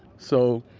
so,